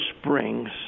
Springs